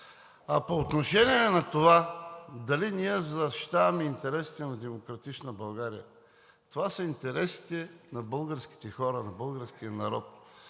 А по отношение на това дали ние защитаваме интересите на „Демократична България“ – това са интересите на българските хора, на българския народ.